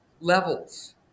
levels